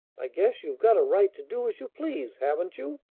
i guess you've got a right to do as you please, haven't you?